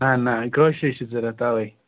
نہ نہ کٲشرٕے چھِ ضرورَت تَوَے